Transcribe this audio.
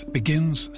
begins